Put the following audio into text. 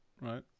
right